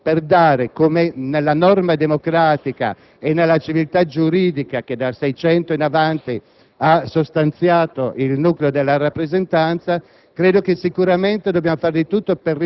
Penso si debba fare di tutto - com'è nella norma democratica e nella civiltà giuridica che dal 1600 in avanti ha sostanziato il nucleo della rappresentanza